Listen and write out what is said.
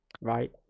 right